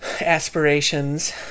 aspirations